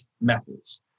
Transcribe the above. methods